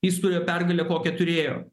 jis turėjo pergalę kokią turėjo